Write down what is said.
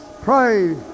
pray